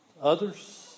others